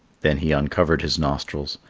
then he uncovered his nostrils,